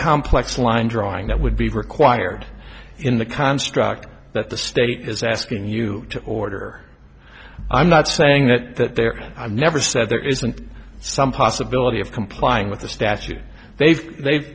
complex line drawing that would be required in the construct that the state is asking you to order i'm not saying that there i never said there isn't some possibility of complying with the statute they've they've